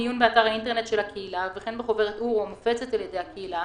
מעיון באתר האינטרנט של הקהילה ובחוברת המופצת על ידי הקהילה,